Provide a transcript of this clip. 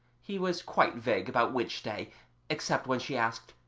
he was quite vague about which day except when she asked,